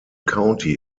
county